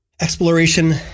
Exploration